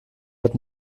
wird